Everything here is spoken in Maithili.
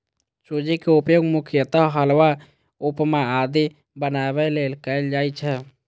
सूजी के उपयोग मुख्यतः हलवा, उपमा आदि बनाबै लेल कैल जाइ छै